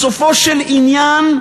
בסופו של עניין,